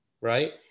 right